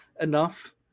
enough